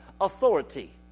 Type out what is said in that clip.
authority